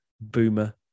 boomer